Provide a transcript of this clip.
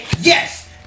yes